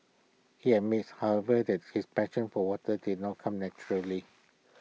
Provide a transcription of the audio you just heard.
he admits however that his passion for water did not come naturally